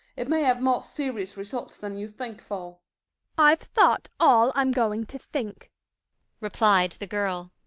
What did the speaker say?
it may have more serious results than you think for i've thought all i'm going to think replied the girl.